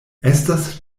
estas